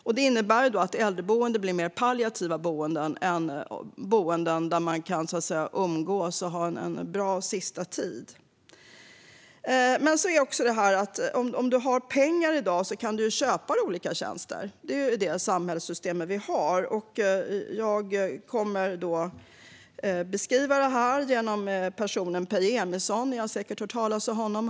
Detta innebär att äldreboenden blir mer av palliativa boenden än boenden där man kan umgås och ha en bra sista tid. Om du har pengar i dag kan du dock köpa olika tjänster. Det är det samhällssystemet vi har. Jag kommer att beskriva detta genom Peje Emilsson, en person som ni säkert har hört talas om.